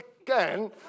again